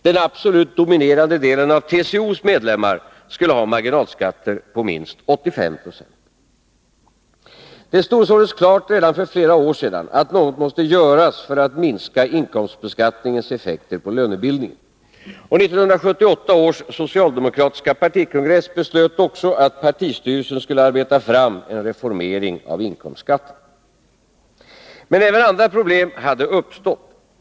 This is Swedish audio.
Den absolut dominerande delen av TCO:s medlemmar skulle ha marginalskatter på minst 85 90. Det stod således klart redan för flera år sedan att något måste göras för att minska inkomstbeskattningens effekter på lönebildningen. Och 1978 års socialdemokratiska partikongress beslöt också att partistyrelsen skulle arbeta fram en reformering av inkomstskatten. Men även andra problem hade uppstått.